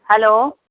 hello